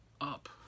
up